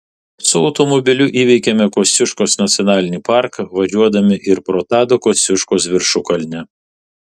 su automobiliu įveikėme kosciuškos nacionalinį parką važiuodami ir pro tado kosciuškos viršukalnę